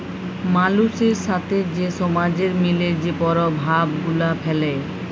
মালুসের সাথে যে সমাজের মিলে যে পরভাব গুলা ফ্যালে